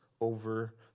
over